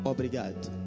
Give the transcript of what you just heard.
Obrigado